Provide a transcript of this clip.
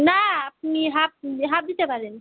না আপনি half half দিতে পারেন